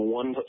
one